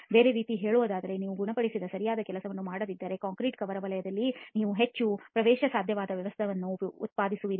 ಬೇರೆ ರೀತಿಯಲ್ಲಿ ಹೇಳುವುದಾದರೆ ನೀವು ಗುಣಪಡಿಸುವ ಸರಿಯಾದ ಕೆಲಸವನ್ನು ಮಾಡದಿದ್ದರೆಕಾಂಕ್ರೀಟ್ ಕವರ್ ವಲಯದಲ್ಲಿ ನೀವು ಹೆಚ್ಚು ಪ್ರವೇಶಸಾಧ್ಯವಾದ ವ್ಯವಸ್ಥೆಯನ್ನು ಉತ್ಪಾದಿಸುವಿರಿ